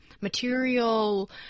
material